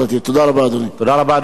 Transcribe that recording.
תודה רבה, אדוני.